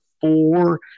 four